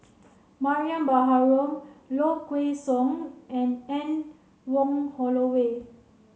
Mariam Baharom Low Kway Song and Anne Wong Holloway